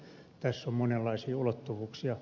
tässä on monenlaisia ulottuvuuksia